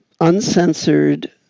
Uncensored